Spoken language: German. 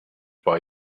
bei